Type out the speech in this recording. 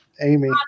Amy